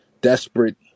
desperate